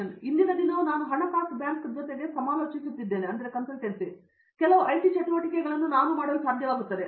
ಮತ್ತು ಇಂದಿನ ದಿನವೂ ನಾನು ಹಣಕಾಸು ಬ್ಯಾಂಕ್ಗೆ ಸಮಾಲೋಚಿಸುತ್ತಿದ್ದೇನೆ ಮತ್ತು ಕೆಲವು ಐಟಿ ಚಟುವಟಿಕೆಯನ್ನು ಮಾಡಲು ನಾನು ಸಾಧ್ಯವಾಗುತ್ತದೆ